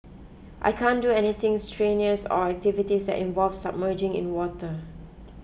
I can't do anything strenuous or activities that involve submerging in water